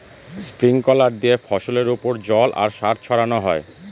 sprinkler দিয়ে ফসলের ওপর জল আর সার ছড়ানো হয়